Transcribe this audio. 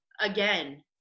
again